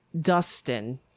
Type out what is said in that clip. Dustin